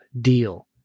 deal